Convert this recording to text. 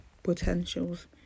Potentials